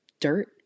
Dirt